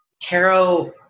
tarot